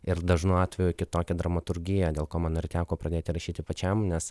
ir dažnu atveju kitokia dramaturgija dėl ko man ir teko pradėti rašyti pačiam nes